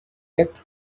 yet